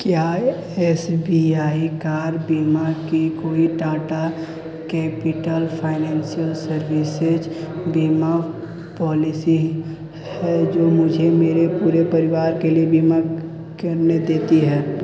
क्या S B I car बीमा की कोई टाटा कैपिटल फाइनेंशियल सर्विसेज़ बीमा पॉलिसी है जो मुझे मेरे पूरे परिवार के लिए बीमा करने देती है